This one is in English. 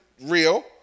real